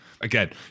Again